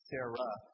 Sarah